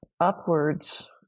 upwards